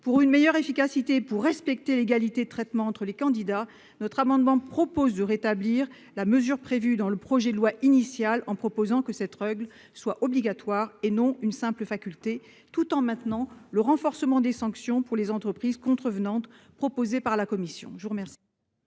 Pour une meilleure efficacité et pour respecter l'égalité de traitement entre les candidats, nous demandons le rétablissement de la mesure prévue dans le projet de loi initial en proposant que cette règle soit obligatoire et non une simple faculté, tout en maintenant le renforcement des sanctions pour les entreprises contrevenantes proposé par la commission